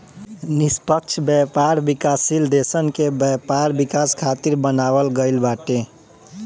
निष्पक्ष व्यापार विकासशील देसन के व्यापार विकास खातिर बनावल गईल बाटे